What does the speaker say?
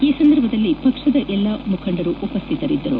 ಈ ಸಂದರ್ಭದಲ್ಲಿ ಪಕ್ಷದ ಜಿಲ್ಲಾ ಮುಖಂಡರು ಉಪಸ್ಥಿತರಿದ್ದರು